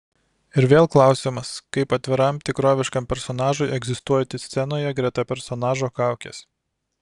ir vėl klausimas kaip atviram tikroviškam personažui egzistuoti scenoje greta personažo kaukės